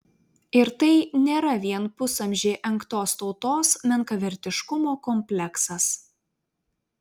ir tai nėra vien pusamžį engtos tautos menkavertiškumo kompleksas